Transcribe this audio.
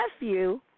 nephew